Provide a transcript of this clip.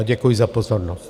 Děkuji za pozornost.